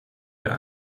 wer